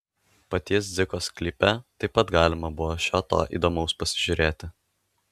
paties dziko sklype taip pat galima buvo šio to įdomaus pasižiūrėti